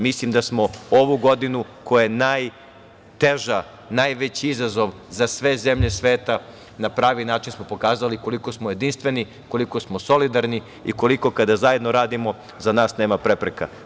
Mislim da smo ovu godinu koja je najteža, najveći izazov za sve zemlje sveta, na pravi način smo pokazali koliko smo jedinstveni, koliko smo solidarni i koliko kada zajedno radimo za nas nema prepreka.